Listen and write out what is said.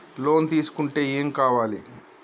Loan తీసుకుంటే ఏం కావాలి?